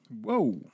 Whoa